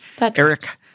Eric